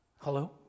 Hello